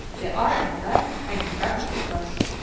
they are in the bag hanging back of the press.